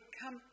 come